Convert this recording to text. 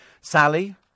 Sally